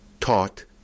taught